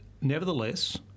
Nevertheless